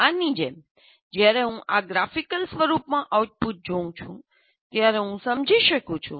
આની જેમ જ્યારે હું આ ગ્રાફિકલ સ્વરૂપમાં આઉટપુટ જોઉં છું ત્યારે હું સમજી શકું છું